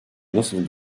nasıl